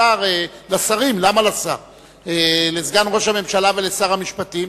לשרים, לסגן ראש הממשלה ולשר המשפטים.